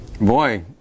Boy